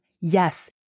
Yes